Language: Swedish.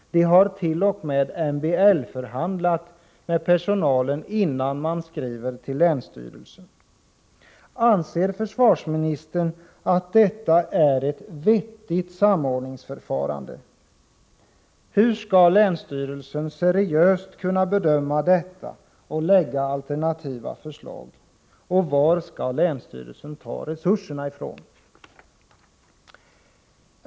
Man har t.o.m. MBL-förhandlat med personalen innan man skrev till länsstyrelsen. Anser försvarsministern att detta är ett vettigt samordningsförfarande? Hur skall länsstyrelsen seriöst kunna bedöma detta och lägga fram alternativa förslag? Och varifrån skall länsstyrelsen ta resurserna?